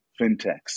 fintechs